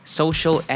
social